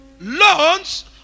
loans